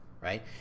right